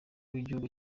w’igihugu